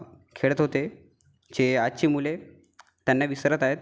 खेळत होते जे आजची मुले त्यांना विसरत आहेत